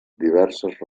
diverses